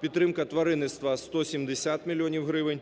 підтримка тваринництва – 170 мільйонів